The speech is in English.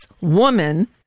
woman